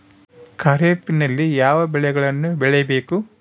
ಖಾರೇಫ್ ನಲ್ಲಿ ಯಾವ ಬೆಳೆಗಳನ್ನು ಬೆಳಿಬೇಕು?